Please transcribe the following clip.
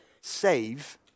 save